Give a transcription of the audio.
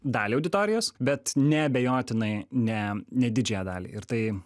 dalį auditorijos bet neabejotinai ne ne didžiąją dalį ir tai